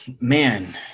man